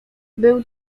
był